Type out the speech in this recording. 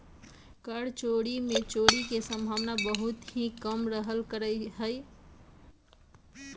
कर चोरी में चोरी के सम्भावना बहुत ही कम रहल करा हई